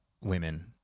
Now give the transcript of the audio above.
women